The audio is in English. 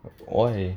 why